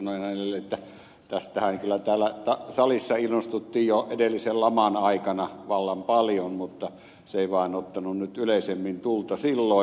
sanoin hänelle että tästähän kyllä täällä salissa innostuttiin jo edellisen laman aikana vallan paljon mutta se ei vaan ottanut yleisemmin tulta silloin